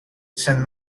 saint